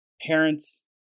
parents